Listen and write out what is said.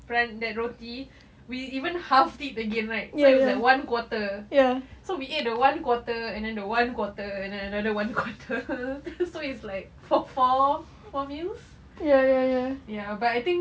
front that roti we even half it again right so it was like one quarter so we ate the one quarter then the one quarter and another one quarter so it's like four four four meals ya but I think